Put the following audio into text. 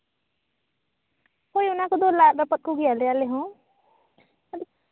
ᱦᱳᱭ ᱚᱱᱟ ᱠᱚᱫᱚ ᱞᱟᱫ ᱨᱟᱯᱟᱜ ᱠᱚᱜᱮᱟᱞᱮ ᱟᱞᱮ ᱦᱚᱸ ᱟᱫᱚ